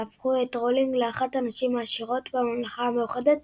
והפכו את רולינג לאחת הנשים העשירות בממלכה המאוחדת